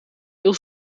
heel